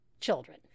children